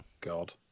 god